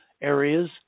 areas